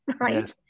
right